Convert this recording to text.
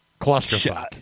Clusterfuck